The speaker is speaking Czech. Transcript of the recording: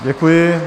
Děkuji.